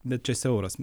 bet čia siauras